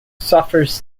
suffers